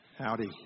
Howdy